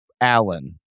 Allen